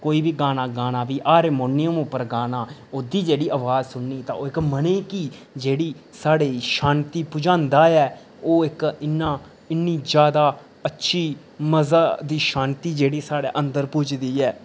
कोई बी गाना गाना बी हारमोनियम उप्पर गाना ओह्दी जेह्ड़ी इक अवाज सुननी ते ओह् इक मनै गी जेह्ड़ी साढ़े गी शांती पुहचांदा ऐ ओह् इक इन्नी ज्यादा अच्छी मजे दी शांती जेह्ड़ी साढ़े अंदर पुजदी ऐ